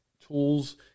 tools